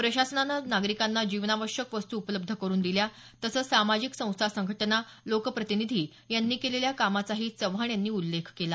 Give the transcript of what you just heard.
प्रशासनाने नागरिकांना जीवनावश्यक वस्तू उपलब्ध करून दिल्या तसंच समाजिक संस्था संघटना लोकप्रतिनिधी यांनी केलेल्या कामाचाही चव्हाण यांनी उल्लेख केला